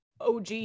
OG